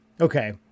okay